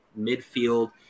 midfield